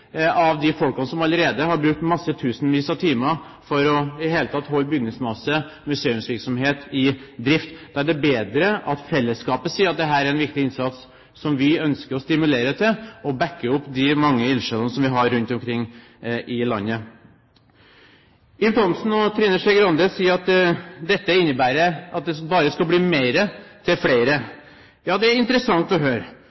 av de menneskene som allerede har brukt tusenvis av timer for i det hele tatt å vedlikeholde bygningsmasse og holde museet i drift. Da er det bedre at fellesskapet sier at dette er en viktig innsats som vi ønsker å stimulere til, og backe opp de mange ildsjelene som vi har rundt omkring i landet. Ib Thomsen og Trine Skei Grande sier at forslaget innebærer at det bare skal bli mer til flere. Det er interessant å høre.